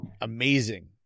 amazing